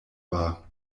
war